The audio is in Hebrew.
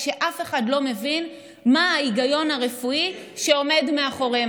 ואף אחד לא מבין מה ההיגיון הרפואי שעומד מאחוריהן.